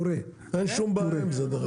אין שום בעיה עם זה.